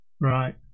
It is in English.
Right